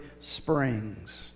springs